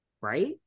right